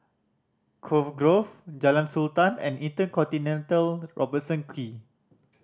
Cove Grove Jalan Sultan and InterContinental Robertson Quay